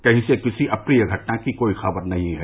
कहीं से किसी अप्रिय घटना की कोई खबर नहीं है